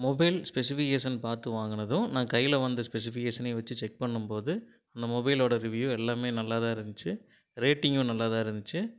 mobile specification பார்த்து வாங்கினதும் நான் கையில் வந்த ஸ்பெசிஃபிகேஷனையும் வச்சு செக் பண்ணும்போது அந்த மொபைலோட ரிவ்யூ எல்லாமே நல்லாதான் இருந்துச்சு ரேட்டிங்கும் நல்லாதான் இருந்துச்சு